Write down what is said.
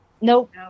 Nope